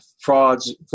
frauds